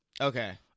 Okay